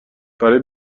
برای